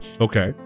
Okay